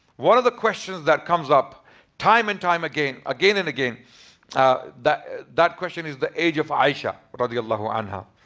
one of the questions that comes up time and time again again and again that that question is the age of aisha radiallahu anha.